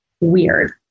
weird